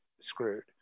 screwed